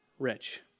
rich